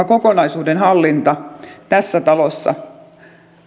kokonaisuuden hallinta tässä talossa